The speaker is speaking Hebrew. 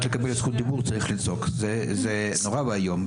לקבל זכות דיבור צריך לצעוק זה נורא ואיום.